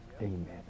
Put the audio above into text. Amen